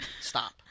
Stop